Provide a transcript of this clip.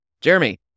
Jeremy